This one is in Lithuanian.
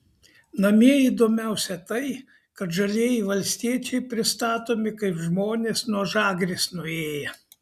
namie įdomiausia tai kad žalieji valstiečiai pristatomi kaip žmonės nuo žagrės nuėję